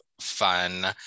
fun